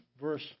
verse